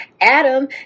Adam